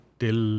till